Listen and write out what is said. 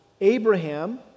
Abraham